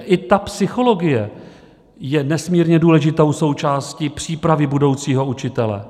I ta psychologie je nesmírně důležitou součástí přípravy budoucího učitele.